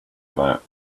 about